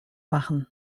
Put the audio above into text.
machen